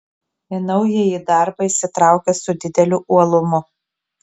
į naująjį darbą įsitraukė su dideliu uolumu